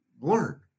learn